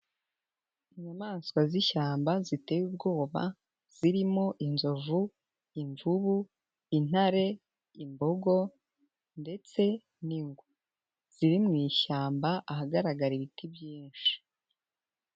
Inyamaswa z'ishyamba ziteye ubwoba zirimo: inzovu, imvubu, intare, imbogo ndetse n'ingwe. Ziri mu ishyamba ahagaragara ibiti byinshi.